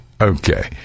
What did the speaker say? Okay